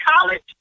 college